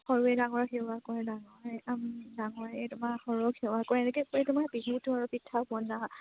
সৰুৱে ডাঙৰক সেৱা কৰে ডাঙৰে ডাঙৰে তোমাৰ সৰুক সেৱা কৰে এনেকৈৈ কৰি তোমাৰ বিহুত আৰু পিঠা বনা